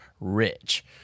rich